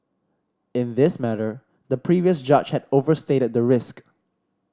in this matter the previous judge had overstated the risk